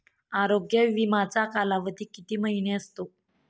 आरोग्य विमाचा कालावधी किती महिने असतो?